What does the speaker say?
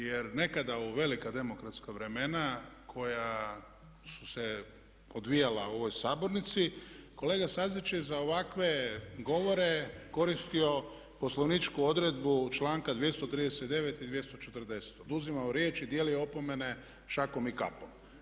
Jer nekada u velika demokratska vremena koja su se odvijala u ovoj sabornici kolega Stazić je za ovakve govore koristio poslovničku odredbu članka 239.i 240., oduzimao riječ i dijelio opomene šakom i kapom.